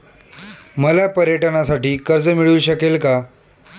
मला पर्यटनासाठी कर्ज मिळू शकेल का?